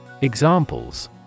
Examples